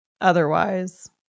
Otherwise